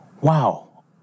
wow